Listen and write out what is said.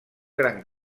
gran